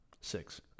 Six